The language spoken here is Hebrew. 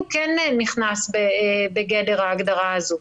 הוא כן נכנס בגדר ההגדרה הזו.